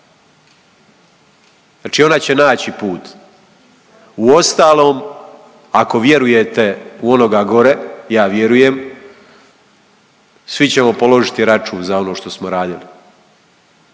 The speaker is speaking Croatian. znači ona će naći put. Uostalom ako vjerujete u onoga gore, ja vjerujem svi ćemo položiti račun za ono što smo radili,